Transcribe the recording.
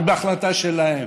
רק בהחלטה שלהם,